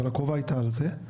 אבל הקרובה הייתה על זה.